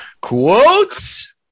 Quotes